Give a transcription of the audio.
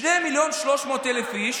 2.3 מיליון איש,